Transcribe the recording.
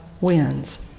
wins